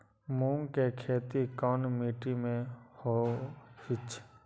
मूँग के खेती कौन मीटी मे होईछ?